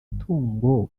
tungo